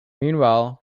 meanwhile